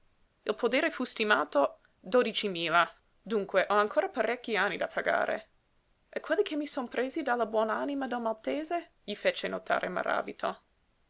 il podere fu stimato dodici mila dunque ho ancora parecchi anni da pagare e quelli che mi son presi dalla buon'anima del maltese gli fece notare maràbito